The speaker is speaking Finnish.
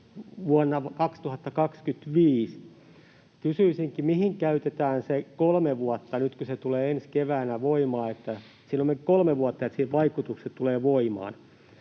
vuonna 2025. Kysyisinkin, mihin käytetään se kolme vuotta, kun se tulee nyt ensi keväänä voimaan ja menee sitten kolme vuotta, että vaikutukset tulevat voimaan.